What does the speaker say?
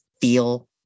feel